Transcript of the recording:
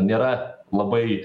nėra labai